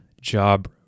job